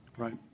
Right